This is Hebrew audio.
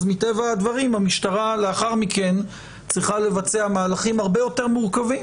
אז מטבע הדברים המשטרה לאחר מכן צריכה לבצע מהלכים הרבה יותר מורכבים,